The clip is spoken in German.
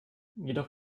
jedoch